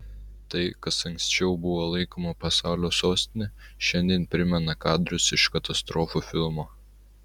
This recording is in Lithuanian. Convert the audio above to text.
tai kas anksčiau buvo laikoma pasaulio sostine šiandien primena kadrus iš katastrofų filmo